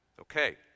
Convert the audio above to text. Okay